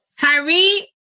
Tyree